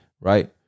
Right